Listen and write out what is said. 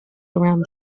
around